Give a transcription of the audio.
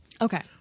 Okay